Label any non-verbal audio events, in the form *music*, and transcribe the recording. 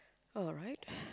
alright *breath*